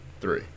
Three